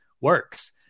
works